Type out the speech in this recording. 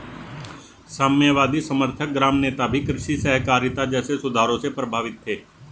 साम्यवादी समर्थक ग्राम नेता भी कृषि सहकारिता जैसे सुधारों से प्रभावित थे